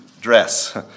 dress